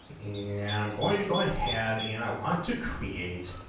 and i'm going to go ahead and i want to create